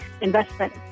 investment